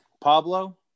Pablo